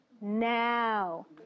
now